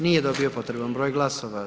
Nije dobio potreban broj glasova.